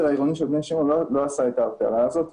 העירוני של בני שמעון לא עשה את ההבדלה הזאת,